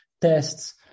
tests